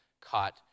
caught